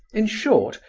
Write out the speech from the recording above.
in short,